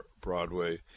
Broadway